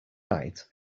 night